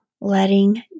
letting